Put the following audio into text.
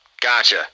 Gotcha